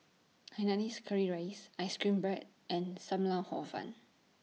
Hainanese Curry Rice Ice Cream Bread and SAM Lau Hor Fun